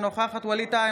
אינה נוכחת ווליד טאהא,